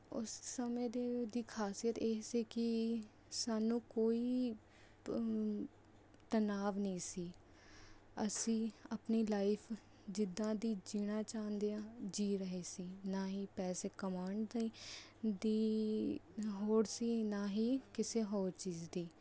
ਉਸ ਸਮੇਂ ਦੇ ਦੀ ਖਾਸੀਅਤ ਇਹ ਸੀ ਕਿ ਸਾਨੂੰ ਕੋਈ ਤਨਾਵ ਨਹੀਂ ਸੀ ਅਸੀਂ ਆਪਣੀ ਲਾਈਫ ਜਿਦਾਂ ਦੀ ਜੀਣਾ ਚਾਹੁੰਦੇ ਹਾਂ ਜੀ ਰਹੇ ਸੀ ਨਾ ਹੀ ਪੈਸੇ ਕਮਾਉਣ ਦੀ ਦੀ ਹੋੜ ਸੀ ਨਾ ਹੀ ਕਿਸੇ ਹੋਰ ਚੀਜ਼ ਦੀ